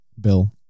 bill